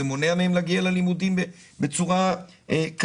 זה מונע מהם להגיע ללימודים בצורה קלה.